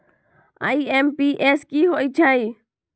IMPS की होईछइ?